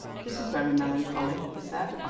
this is very melancholy, he said,